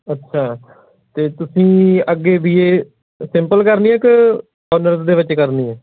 ਅੱਛਾ ਅਤੇ ਤੁਸੀਂ ਅੱਗੇ ਬੀ ਏ ਅ ਸਿੰਪਲ ਕਰਨੀ ਹੈ ਕਿ ਓਨਰਸ ਦੇ ਵਿੱਚ ਕਰਨੀ ਹੈ